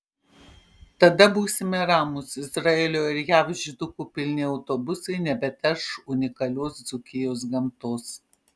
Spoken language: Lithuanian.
tada būsime ramūs izraelio ir jav žydukų pilni autobusai nebeterš unikalios dzūkijos gamtos